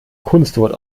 kunstwort